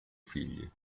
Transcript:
figli